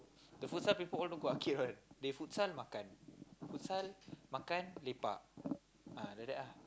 the futsal people all don't go arcade one they futsal makan futsal makan lepak ah like that ah